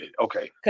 okay